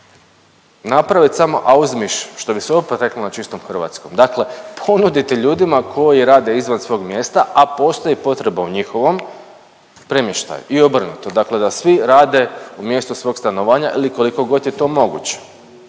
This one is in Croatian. napravit samo auzmiš što bi se opet reklo na čistom hrvatskom, dakle ponuditi ljudima koji rade izvan svog mjesta, a postoji potreba u njihovom, premještaj i obrnuto, dakle da svi rade u mjestu svog stanovanja ili koliko god je to moguće.